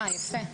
אה, יפה.